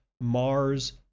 Mars